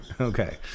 Okay